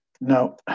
Now